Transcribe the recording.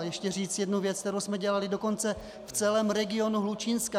Ještě říct jednu věc, kterou jsme dělali dokonce v celém regionu Hlučínska.